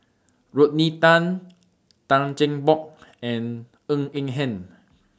Rodney Tan Tan Cheng Bock and Ng Eng Hen